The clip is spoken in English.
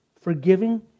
forgiving